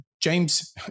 James